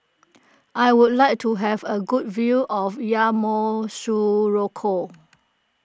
I would like to have a good view of Yamoussoukro